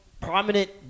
prominent-